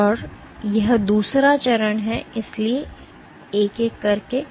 तो यह दूसरा चरण है इसलिए एक एक करके